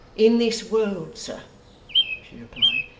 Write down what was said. in this world, sir she replied,